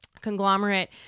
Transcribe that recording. conglomerate